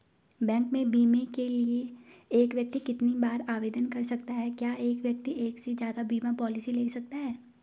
Bank में बीमे के लिए एक व्यक्ति कितनी बार आवेदन कर सकता है क्या एक व्यक्ति एक से ज़्यादा बीमा पॉलिसी ले सकता है?